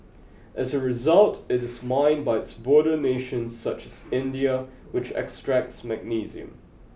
as a result it is mined by its border nations such as India which extracts magnesium